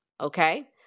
Okay